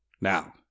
Now